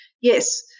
yes